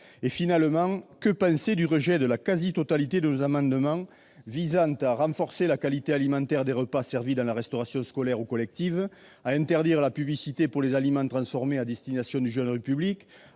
? Finalement, que penser du rejet de la quasi-totalité de nos amendements visant à renforcer la qualité alimentaire des repas servis dans la restauration scolaire ou collective, à interdire la publicité pour les aliments transformés à destination du jeune public, à